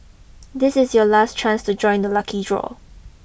this is your last chance to join the lucky draw